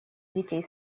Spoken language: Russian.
детей